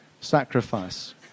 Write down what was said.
sacrifice